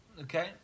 Okay